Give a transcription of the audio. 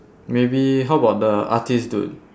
maybe how about the artist dude